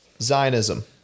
zionism